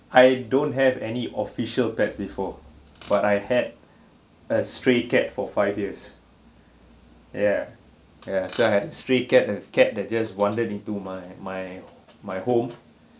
I don't have any official pets before but I had a stray cat for five years ya ya so I had stray cat a cat that just wondering to my my my home